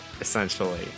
essentially